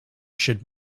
should